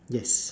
yes